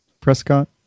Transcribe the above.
Prescott